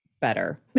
better